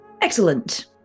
Excellent